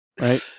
right